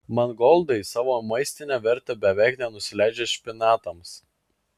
mangoldai savo maistine verte beveik nenusileidžia špinatams